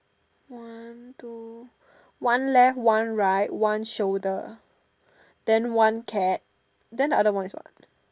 one two one left one right one shoulder then one cat then the other one is what